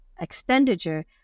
expenditure